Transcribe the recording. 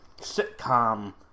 sitcom